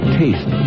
taste